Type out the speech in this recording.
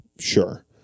Sure